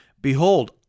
Behold